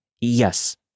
yes